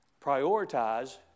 Prioritize